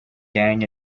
gang